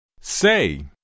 Say